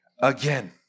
Again